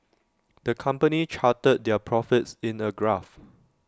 the company charted their profits in A graph